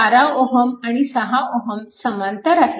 12Ω आणि 6Ω समांतर आहेत